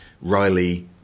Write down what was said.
Riley